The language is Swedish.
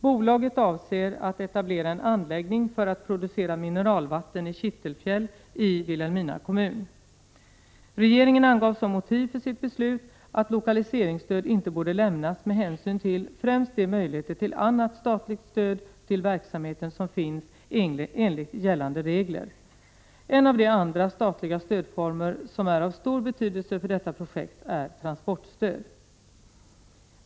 Bolaget avser att etablera en anläggning för att producera mineralvatten i Kittelfjälli Vilhelmina kommun. Regeringen angav som motiv för sitt beslut att lokaliseringsstöd inte borde lämnas med hänsyn till främst de möjligheter till annat statligt stöd till verksamheten som finns enligt gällande regler. En av de andra statliga stödformer som är av stor betydelse för detta projekt är transportstöd.